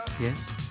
Yes